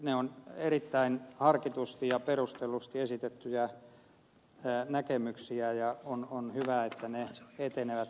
ne ovat erittäin harkitusti ja perustellusti esitettyjä näkemyksiä ja on hyvä että ne etenevät